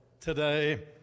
today